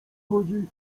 chodzi